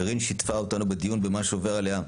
קארין שיתפה אותנו בדיון במה שעובר עליה,